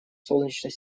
солнечной